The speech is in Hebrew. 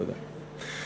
תודה.